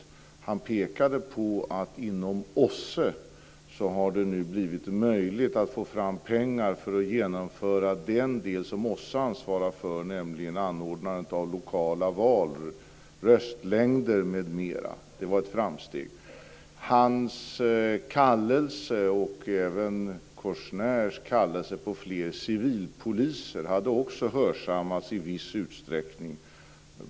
Solana pekade också på att inom OSSE har det nu blivit möjligt att få fram pengar för att genomföra den del som OSSE ansvarar för, nämligen anordnandet av lokala val, röstlängder m.m. Det var ett framsteg. Hans kallelse, och även Kouchners kallelse, på fler civilpoliser hade också hörsammats i viss utsträckning.